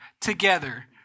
together